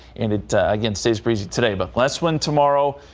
and against is breezy today but plus one tomorrow.